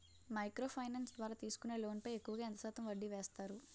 Micro finance ద్వారా తీసుకునే loan పై ఎక్కువుగా ఎంత శాతం వడ్డీ వేస్తారు?